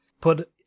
put